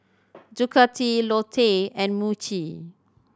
Ducati Lotte and Muji